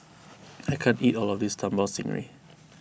I can't eat all of this Sambal Stingray